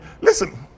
Listen